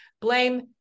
blame